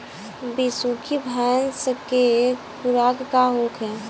बिसुखी भैंस के खुराक का होखे?